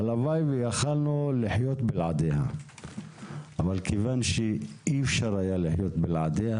הלוואי ויכולנו לחיות בלעדיה אבל כיוון שאי אפשר היה לחיות בלעדיה